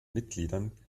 mitgliedern